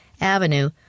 Avenue